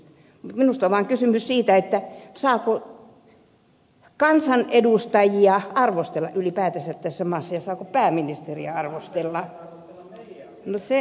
mutta minusta on vaan kysymys siitä saako kansanedustajia arvostella ylipäätänsä tässä maassa ja saako pääministeriä arvostella